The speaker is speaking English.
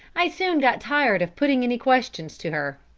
i soon got tired of putting any questions to her.